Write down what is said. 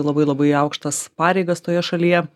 labai labai aukštas pareigas toje šalyje